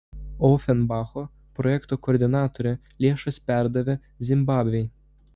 ofenbacho projekto koordinatorė lėšas perdavė zimbabvei